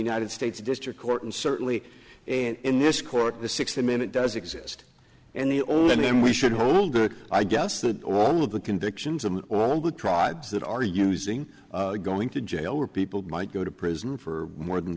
united states district court and certainly in this court the sixty minute does exist and the only time we should hold that i guess that all of the convictions and all the tribes that are using going to jail where people might go to prison for more than